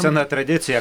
sena tradicija